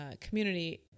community